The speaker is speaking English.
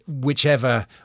whichever